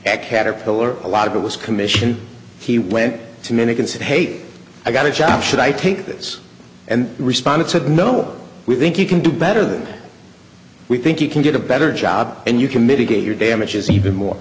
at caterpillar a lot of it was commission he went to many consider hate i got a job should i take this and responded said no we think you can do better than we think you can get a better job and you can mitigate your damages even more